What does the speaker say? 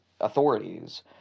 authorities